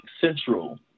central